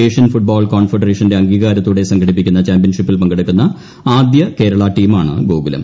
Asian football കോൺഫെഡറേഷന്റെ അംഗീകാരത്തോടെ സംഘടിപ്പിക്കുന്ന ചാമ്പ്യൻഷിപ്പിൽ പങ്കെടുക്കുന്ന ആദ്യ കേരള ടീമാണ് ഗോകുലം